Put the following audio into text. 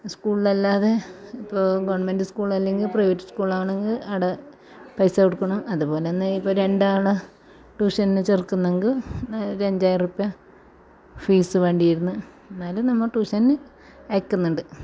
സ്കൂളിലല്ലാതെ ഇപ്പോൾ ഗവണ്മെൻറ്റ് സ്കൂളിലല്ലെങ്കിൽ പ്രൈവറ്റ് സ്കൂളിലാണെങ്കിൽ അവിടെ പൈസ കൊടുക്കണം അതു പോല തന്നെ ഇപ്പോൾ രണ്ടാൾ ട്യൂഷന് ചേർക്കുന്നുണ്ടെങ്കിൽ നേരെ ഒരു അഞ്ചായിരം റുപ്യാ ഫീസ് വേണ്ടി വരുന്നു എന്നാലും നമ്മൾ ട്യൂഷന് അയക്കുന്നുണ്ട്